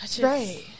right